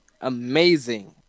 amazing